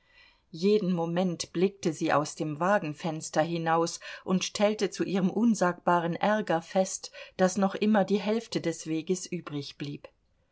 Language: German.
jeden moment blickte sie aus dem wagenfenster hinaus und stellte zu ihrem unsagbaren ärger fest daß noch immer die hälfte des weges